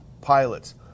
pilots